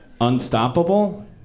Unstoppable